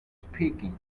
speaking